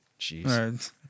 Jeez